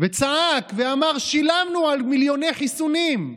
וצעק ואמר: שילמנו על מיליוני חיסונים,